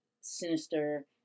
sinister